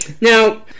Now